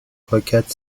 پاکت